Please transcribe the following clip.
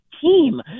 team